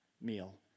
meal